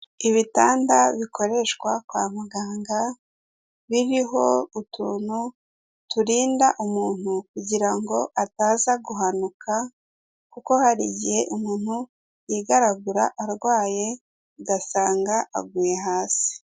Ibitanda bikoreshwa kwa muganga, biriho utuntu turinda umuntu kugira ngo ataza guhanuka, kuko hari igihe umuntu yigaragura arwaye ugasanga aguye hasi.